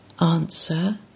Answer